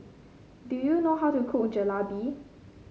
do you know how to cook Jalebi